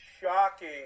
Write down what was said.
shocking